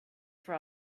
for